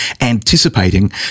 anticipating